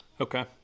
Okay